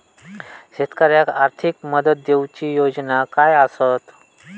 शेतकऱ्याक आर्थिक मदत देऊची योजना काय आसत?